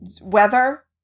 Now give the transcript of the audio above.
weather